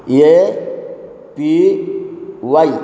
A P Y